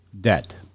debt